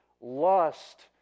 lust